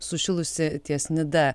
sušilusi ties nida